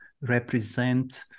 represent